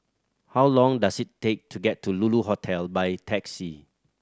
how long does it take to get to Lulu Hotel by taxi